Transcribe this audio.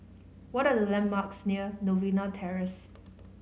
what are the landmarks near Novena Terrace